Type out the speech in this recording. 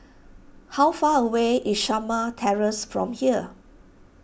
how far away is Shamah Terrace from here